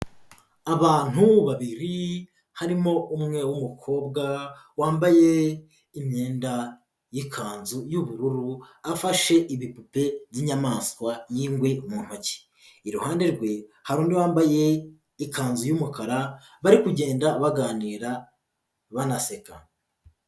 Abantu babiri, harimo umwe w'umukobwa, wambaye imyenda y'ikanzu y'ubururu afashe ibipupe b'inyamaswa y'ingwe mu ntoki. Iruhande rwe hari undi wambaye ikanzu y'umukara, bari kugenda baganira, banaseka.